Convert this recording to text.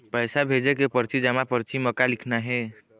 पैसा भेजे के परची जमा परची म का लिखना हे?